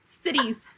cities